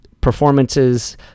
performances